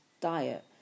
diet